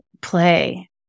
play